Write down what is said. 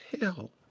hell